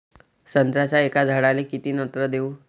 संत्र्याच्या एका झाडाले किती नत्र देऊ?